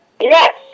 Yes